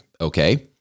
okay